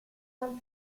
san